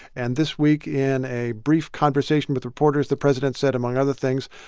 and this week, in a brief conversation with reporters, the president said, among other things,